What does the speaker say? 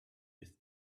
with